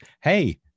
Hey